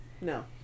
No